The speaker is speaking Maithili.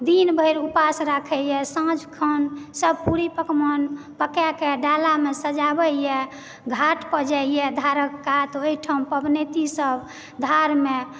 दिन भरि उपास राखइए साँझखन सभ पूरी पकवान पकायके डालामे सजाबयए घाट पर जाइए धारक कात ओहिठाम पबनैती सभ धारमे